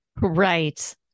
Right